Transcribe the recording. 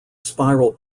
spiral